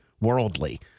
worldly